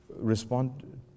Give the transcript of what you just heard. respond